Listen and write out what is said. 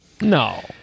No